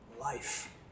life